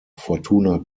fortuna